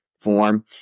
Form